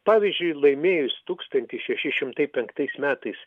pavyzdžiui laimėjus tūkstantis šeši šimtai penktais metais